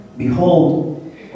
Behold